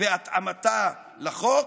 והתאמתה לחוק,